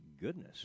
goodness